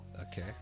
Okay